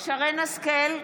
מרים השכל,